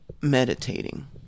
meditating